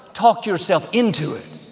talk yourself into it.